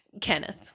kenneth